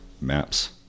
maps